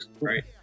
Right